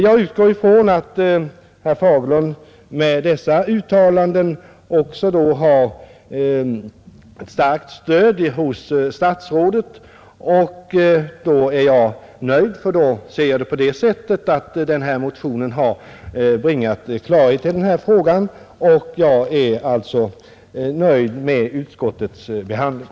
Jag utgår från att herr Fagerlund med dessa uttalanden också har ett starkt stöd hos statsrådet, och i så fall är jag nöjd. Då har den här motionen bringat klarhet i frågan. Jag är alltså nöjd med utskottets behandling.